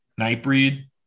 Nightbreed